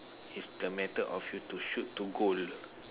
is the method of you to shoot to goal